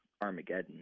Armageddon